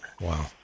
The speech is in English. Wow